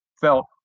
felt